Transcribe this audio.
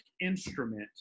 instrument